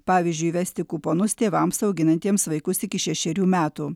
pavyzdžiui įvesti kuponus tėvams auginantiems vaikus iki šešerių metų